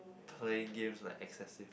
playing games like excessive